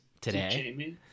today